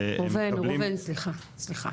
מתקבלים --- ראובן, ראובן, סליחה, סליחה.